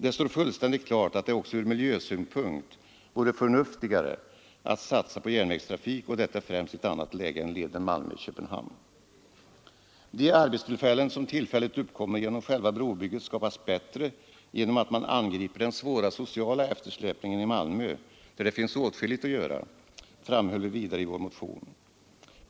Det står fullständigt klart att det också ur miljösynpunkt vore förnuftigare att satsa på järnvägstrafik, och detta främst i ett annat läge än leden Malmö—Köpenhamn. De arbetstillfällen som tillfälligt uppkommer genom själva brobygget skapas bättre genom att man angriper den svåra sociala eftersläpningen i Malmö, där det finns åtskilligt att göra, framhöll vi vidare i vår motion.